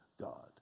God